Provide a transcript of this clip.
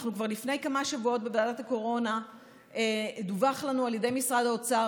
כבר לפני כמה שבועות דווח לנו בוועדת הקורונה על ידי משרד האוצר